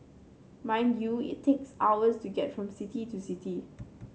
mind you it takes hours to get from city to city